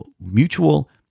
mutual